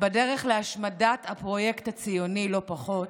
בדרך להשמדת הפרויקט הציוני, לא פחות,